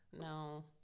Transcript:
no